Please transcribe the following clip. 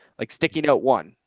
like sticky note one.